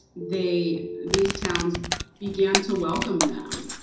they these towns began to welcome them.